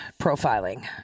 profiling